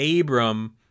Abram